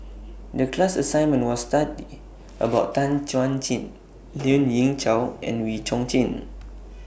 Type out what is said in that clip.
The class assignment was study about Tan Chuan Jin Lien Ying Chow and Wee Chong Jin